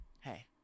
hey